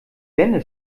wände